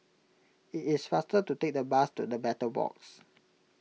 it is faster to take the bus to the Battle Box